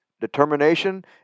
determination